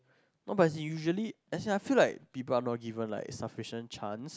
no but is in usually as in I feel people are not given like sufficient chance